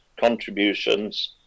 contributions